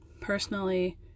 personally